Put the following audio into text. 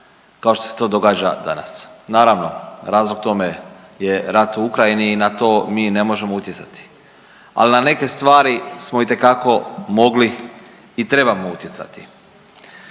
kao što se to događa danas. Naravno, razlog tome je rat u Ukrajini i na to mi ne možemo utjecati. Ali na neke stvari smo itekako mogli i trebamo utjecati.